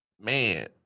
man